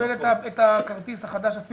לא צריך לחכות לקבל את הכרטיס החדש.